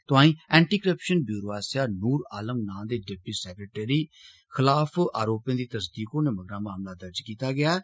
तोआई anti corruption bureau आस्सेआ नूर आलम नां दे डिप्टी सैक्रेटरी खलाफ आरोपें दी तस्दीक होने मगरा मामला दर्ज कीता गेआ ऐ